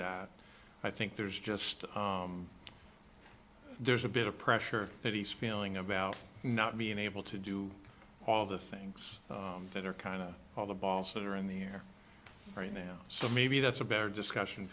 that i think there's just there's a bit of pressure that he's feeling about not being able to do all the things that are kind of all the balls that are in the air right now so maybe that's a better discussion